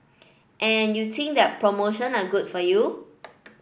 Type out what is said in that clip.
and you think that promotion are good for you